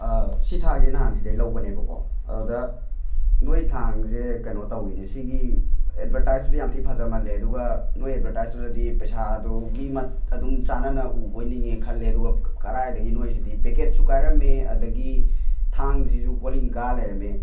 ꯁꯤ ꯊꯥꯡꯁꯤ ꯅꯍꯥꯟ ꯁꯤꯗꯒꯤ ꯂꯧꯕꯅꯦꯕꯀꯣ ꯑꯗꯨꯗ ꯅꯣꯏ ꯊꯥꯡꯁꯤ ꯀꯩꯅꯣ ꯇꯧꯋꯤꯅꯦ ꯁꯤꯒꯤ ꯑꯦꯠꯕꯔꯇꯥꯏꯁꯇꯨꯗ ꯌꯥꯝ ꯊꯤ ꯐꯖꯃꯜꯂꯦ ꯑꯗꯨꯒ ꯅꯣꯏ ꯑꯦꯠꯕꯔꯇꯥꯏꯁꯇꯨꯗꯗꯤ ꯄꯩꯁꯥꯗꯨꯒꯤ ꯑꯗꯨꯝ ꯆꯥꯟꯅꯅ ꯎꯕꯣꯏ ꯅꯤꯡꯉꯦ ꯈꯜꯂꯦ ꯑꯗꯨꯒ ꯀꯔꯥꯏꯗꯒꯤ ꯅꯣꯏꯁꯤꯗꯤ ꯄꯦꯀꯦꯠꯁꯨ ꯀꯥꯏꯔꯝꯃꯦ ꯑꯗꯒꯤ ꯊꯥꯡꯁꯤꯁꯨ ꯀꯣꯜꯍꯤꯡ ꯀꯥ ꯂꯩꯔꯝꯃꯦ